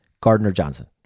Gardner-Johnson